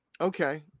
okay